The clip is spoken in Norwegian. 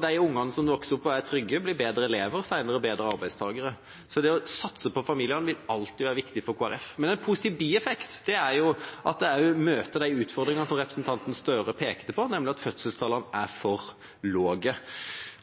De ungene som vokser opp og er trygge, blir bedre elever og senere bedre arbeidstakere. Å satse på familien vil alltid være viktig for Kristelig Folkeparti. En positiv bieffekt er at det også møter de utfordringene som representanten Gahr Støre pekte på, nemlig at fødselstallene er for lave.